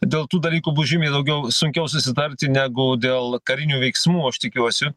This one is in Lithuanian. dėl tų dalykų bus žymiai daugiau sunkiau susitarti negu dėl karinių veiksmų aš tikiuosi